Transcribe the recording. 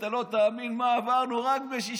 אתה לא תאמין מה עברנו רק בשישי-שבת.